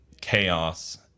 chaos